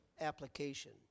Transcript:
application